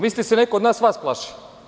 Mislite da se neko od nas vas plaši?